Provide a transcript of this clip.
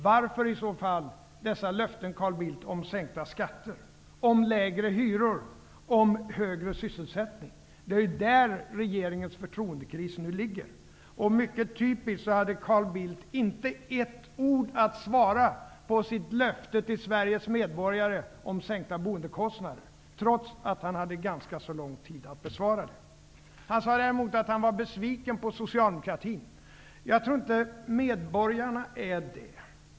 Varför, Carl Bildt, då dessa löften om sänkta skatter, om lägre hyror och om högre sysselsättning? Det är ju där som regeringens förtroendekris nu finns. Mycket typiskt hade Carl Bildt inte ett enda ord till svar när det gäller hans löfte till Sveriges medborgare om sänkta boendekostnader, trots att han hade ganska lång tid att besvara det. Han sade däremot att han var besviken på socialdemokratin. Jag tror inte att medborgarna är det.